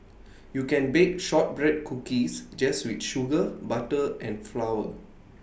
you can bake Shortbread Cookies just with sugar butter and flour